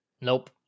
nope